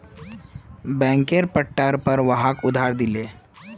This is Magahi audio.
बैंकेर पट्टार पर वहाक उधार दिले